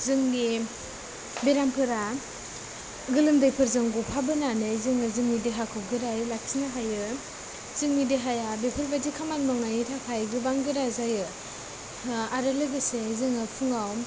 जोंनि बेरामफोरा गोलोमदैफोरजों ग'फाबोनानै जोङो जोंनि देहाखौ गोरायै लाखिनो हायो जोंनि देहाया बेफोरबायदि खामानि मावनायनि थाखाय गोबां गोरा जायो आरो लोगोसे जोङो फुङाव